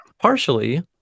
partially